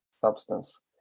substance